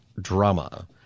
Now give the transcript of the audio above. drama